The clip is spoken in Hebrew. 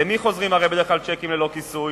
למי בדרך כלל חוזרים צ'קים ללא כיסוי?